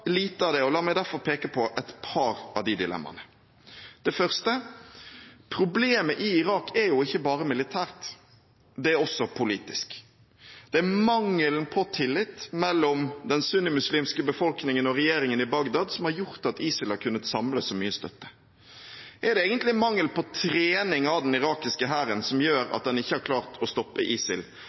lite av det. La meg derfor peke på et par av disse dilemmaene. Det første: Problemet i Irak er ikke bare militært, det er også politisk. Det er mangelen på tillit mellom den sunnimuslimske befolkningen og regjeringen i Bagdad som har gjort at ISIL har kunnet samle så mye støtte. Er det egentlig mangel på trening av den irakiske hæren som gjør at en ikke har klart å stoppe ISIL,